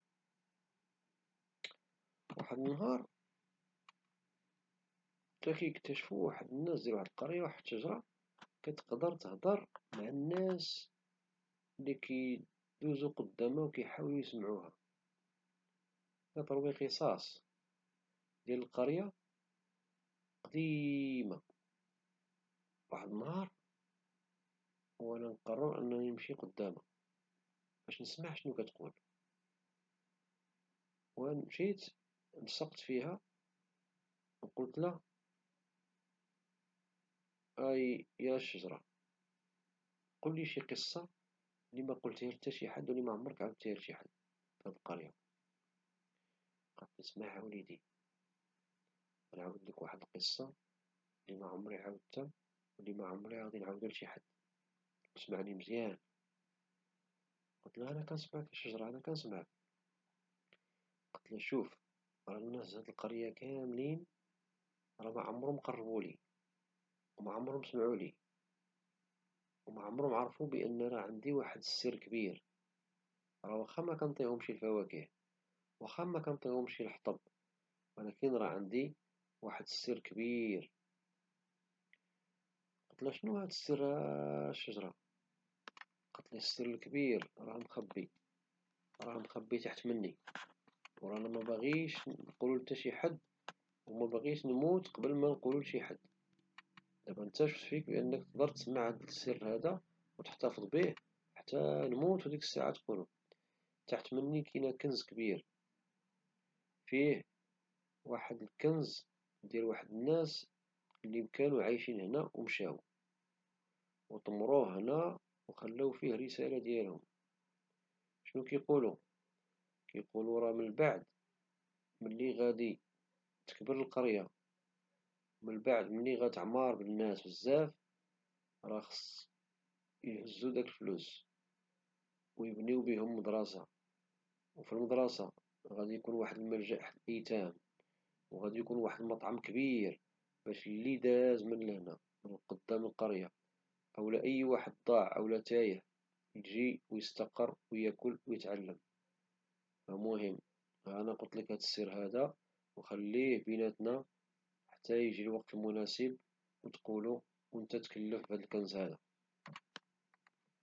وأحد النهار يكتشف أحد منازل القرية واحد الشجرة كتقدر تهضر مع الناس لي كيدوزو قدامها وكيحاولو يسمعوها كتروي قصاص ديال القرية القديمة واحد النهار وانا نقرر أنه يمشي قدامها باش نسمع شنو كتقول. ومشيت لصقت فيها وقلت لها يا الشجرة قولي شي قصة لي ما قلتي لها شي حد ما عمرك عاودتي شي حد فهاد القرية. قالت سماح أوليدي غنعاود ليك واحد القصة لما عمري عاودتها لما عمري غادي نعاود شي حد سمعني مزيان قلت لها لقد سمعت الشجرة كنسمع. قلت لها شوف راه الناس هاذ القرية كاملين راه معمرو مقرب لي ماعمرهم. سمعو لي وما عمرهم عرفو بأننا عندي واحد السر كبير. راه واخا مكنعطيهم شي الفواكه واخا نعطيهم شي لحطب. ولكن راه عندي واحد السر كبير. قلت له شنو السر الشجرة قالت لي السر الكبير راه مخبي راه مخبي تحت مني. وانا ماباغيش نقولو تا شي حد وماباغيش نموت قبل ما نقولو لشي حد دابا نتا شفت فيك بانك تقدر تسمع هاد السر هدا وتحتفظ به حتى نموت وديك الساعة تكون تحت مني. كاينة كنز كبير فيه واحد الكنز ديال واحد الناس لي كانو عايشين هنا ومشاو ودمروه هنا وخلاو فيه رسالة ديالهم شنو كيقولو كيقولو راه من بعد ملي غادي تكبر القرية ومن بعد مني تعمر بالناس بزاف راه خص يهزو داك الفلوس ويبني بيهم المدرسة وفي المدرسة غادي يكون واحد ملجأ الايتام وغادي يكون واحد المطعم كبير باش اللي داز من لهنا من قدام القرية او اي واحد ضاع او تايه يجي ويستقر وياكل ويتعلم المهم انا قلت ليك هاد السر هدا وخليه بيناتنا حتى يجي الوقت المناسب وتقولو ونتا تكلف بهاد الكنز هدا.